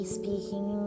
speaking